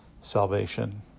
salvation